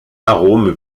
arôme